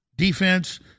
defense